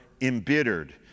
embittered